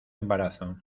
embarazo